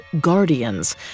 guardians